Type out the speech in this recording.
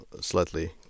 slightly